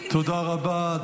תודה רבה.